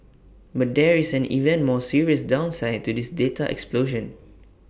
but there is an even more serious downside to this data explosion